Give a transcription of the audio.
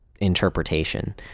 interpretation